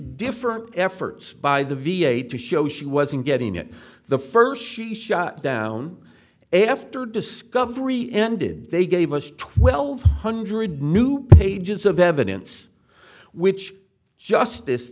different efforts by the v a to show she wasn't getting it the first she shut down after discovery ended they gave us twelve hundred new pages of evidence which justice